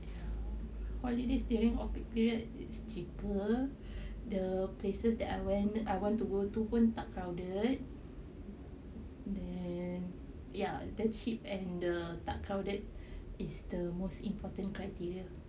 ya holidays during off peak period it's cheaper the places that I went I want to go to pun tak crowded then ya then cheap and the tak crowded is the most important criteria